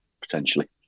potentially